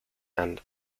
and